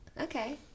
Okay